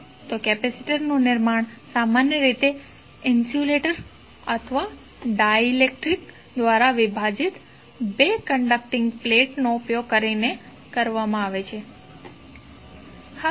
તો કેપેસિટરનું નિર્માણ સામાન્ય રીતે ઇન્સ્યુલેટર અથવા ડાઇલેક્ટ્રિક દ્વારા વિભાજિત બે કંડકટીન્ગ પ્લેટ નો ઉપયોગ કરીને કરવામાં આવે છે